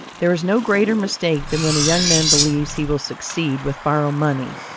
there is no greater mistake than when a young man believes he will succeed with borrowed money.